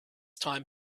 time